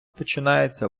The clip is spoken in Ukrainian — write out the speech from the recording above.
починається